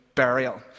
burial